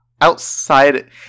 Outside